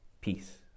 peace